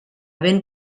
ben